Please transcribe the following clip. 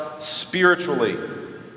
spiritually